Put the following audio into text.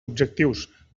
objectius